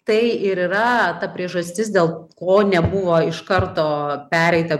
tai ir yra ta priežastis dėl ko nebuvo iš karto pereita